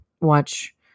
watch